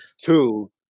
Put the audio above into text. two